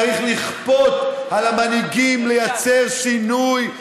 צריך לכפות על המנהיגים לייצר שינוי,